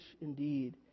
indeed